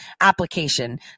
application